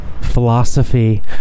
philosophy